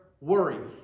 worry